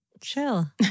Chill